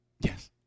Yes